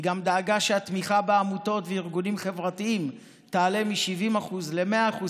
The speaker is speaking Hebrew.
היא גם דאגה שהתמיכה בעמותות ובארגונים חברתיים תעלה מ-70% ל-100%.